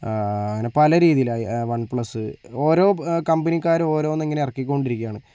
അങ്ങനെ പല രീതിലായി വൺ പ്ലസ് ഓരോ കമ്പനിക്കാര് ഓരോന്നിങ്ങനെ ഇറക്കിക്കൊണ്ടിരിക്കുകയാണ്